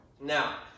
Now